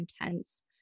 intense